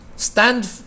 stand